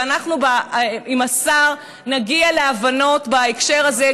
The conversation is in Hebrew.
ואנחנו עם השר נגיע להבנות בהקשר הזה.